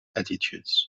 attitudes